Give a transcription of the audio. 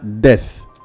death